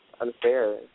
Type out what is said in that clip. unfair